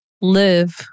live